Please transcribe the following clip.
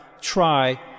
try